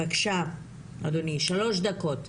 בבקשה, אדוני, שלוש דקות.